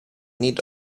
need